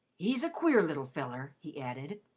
he's a queer little feller, he added.